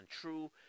true